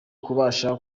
kubasha